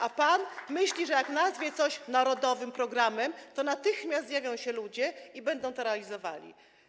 A pan myśli, że jak nazwie coś narodowym programem, to natychmiast zjawią się ludzie i będą to realizowali.